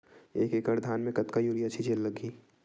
एक एकड़ धान में कतका यूरिया छिंचे ला लगही?